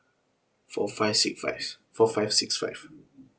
four five si~ fives four five six five